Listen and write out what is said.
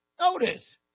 Notice